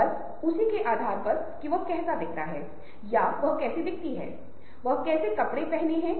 अलगाव की छह डिग्री की एक अवधारणा है जिसके बारे में हम थोड़ी देर बाद चर्चा करेंगे जो सभी दोस्तों के बारे में है